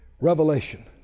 revelation